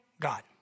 God